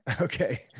okay